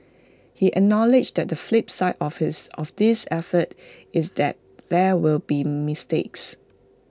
he acknowledged that the flip side office of this effort is that there will be mistakes